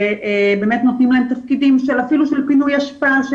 שבאמת נותנים להם תפקידים של אפילו פינוי אשפה,